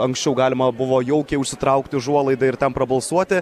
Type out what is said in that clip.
anksčiau galima buvo jaukiai užsitraukti užuolaidą ir ten prabalsuoti